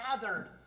gathered